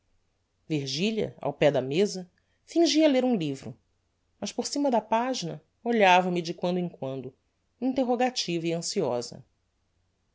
virgilia ao pé da meza fingia ler um livro mas por cima da pagina olhava-me de quando em quando interrogativa e ansiosa